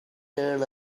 dollars